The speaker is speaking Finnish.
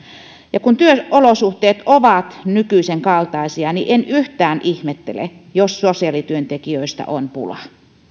ja kun työolosuhteet ovat nykyisen kaltaisia niin en yhtään ihmettele jos sosiaalityöntekijöistä on pula